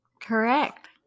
Correct